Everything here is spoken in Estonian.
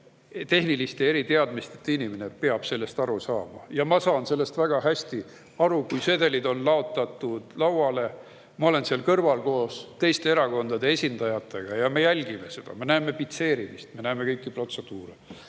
tehniliste eriteadmisteta inimene peab sellest aru saama. Ma saan väga hästi aru sellest, kui sedelid on laotatud lauale, ma olen seal kõrval koos teiste erakondade esindajatega ja me jälgime seda, me näeme pitseerimist, me näeme kõiki protseduure.